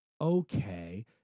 okay